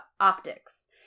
Optics